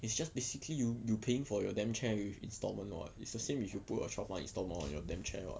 it's just basically you you paying for your damn chair with instalment lor it's the same if you put a short line instalment on your damn chair [what]